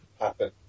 Happen